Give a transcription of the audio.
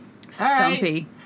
Stumpy